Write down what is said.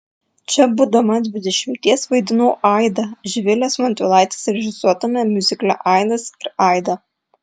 čia būdama dvidešimties vaidinau aidą živilės montvilaitės režisuotame miuzikle aidas ir aida